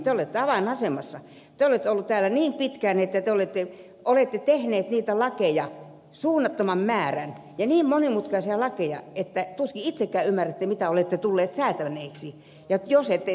te olette ollut täällä niin pitkään että te olette tehnyt niitä lakeja suunnattoman määrän ja niin monimutkaisia lakeja että tuskin itsekään ymmärrätte mitä olette tullut säätäneeksi